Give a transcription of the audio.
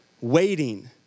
waiting